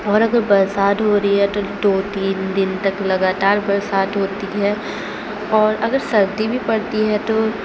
اور اگر برسات ہو ریی ہے تو دو تین دن تک لگاتار برسات ہوتی ہے اور اگر سردی بھی پڑتی ہے تو